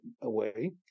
away